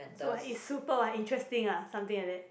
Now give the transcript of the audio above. so what is super !wah! interesting ah something like that